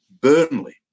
Burnley